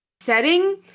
Setting